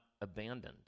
abandoned